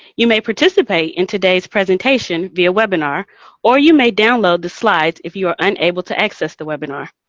you may participate in today's presentation via webinar or you may download the slides if you are unable to access the webinar.